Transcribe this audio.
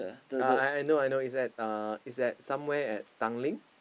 uh I I know it's at uh it's at somewhere at Tanglin